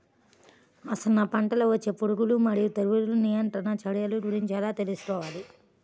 అసలు నా పంటలో వచ్చే పురుగులు మరియు తెగులుల నియంత్రణ చర్యల గురించి ఎలా తెలుసుకోవాలి?